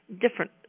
different